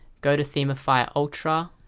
go to themify ultra,